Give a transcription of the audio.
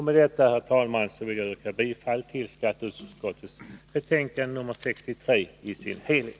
Med detta vill jag, herr talman, yrka bifall till hemställan i skatteutskottets betänkande 63 i dess helhet.